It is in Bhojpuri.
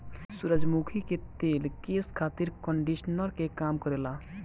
सूरजमुखी के तेल केस खातिर कंडिशनर के काम करेला